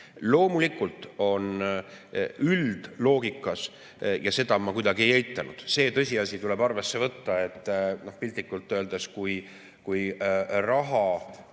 Loomulikult on üldine loogika – ja seda ma kuidagi ei eita, et see tõsiasi tuleb arvesse võtta –, et piltlikult öeldes, kui raha